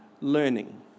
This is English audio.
learning